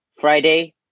Friday